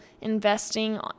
investing